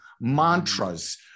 mantras